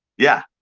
yeah,